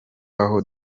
aho